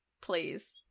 please